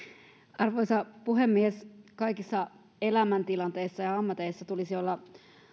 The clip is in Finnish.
arvoisa puhemies kaikissa elämäntilanteissa ja ammateissa tulisi olla